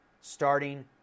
starting